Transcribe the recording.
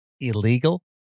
illegal